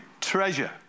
Treasure